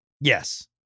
Yes